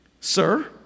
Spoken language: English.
Sir